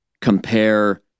compare